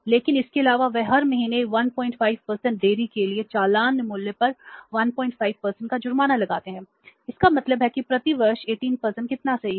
लेकिन इसके अलावा वे हर महीने 15 देरी के लिए चालान मूल्य पर 15 का जुर्माना लगाते हैं इसका मतलब है कि प्रति वर्ष 18 कितना सही है